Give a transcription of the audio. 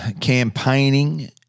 campaigning